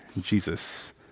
Jesus